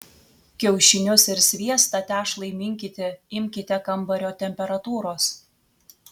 kiaušinius ir sviestą tešlai minkyti imkite kambario temperatūros